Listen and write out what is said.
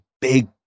Big